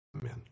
Amen